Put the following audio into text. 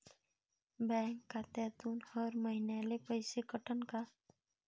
Bank खात्यातून हर महिन्याले पैसे कटन का?